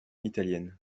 italienne